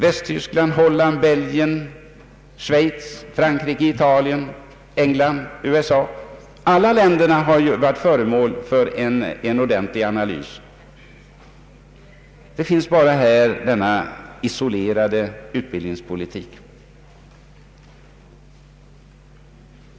Västtyskland, Holland, Belgien, Schweiz, Frankrike, Italien, England och USA har varit föremål för en ordentlig analys. Det är bara här i Sverige som det förs en sådan isolerad utbildningspolitik.